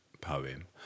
poem